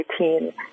2018